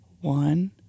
one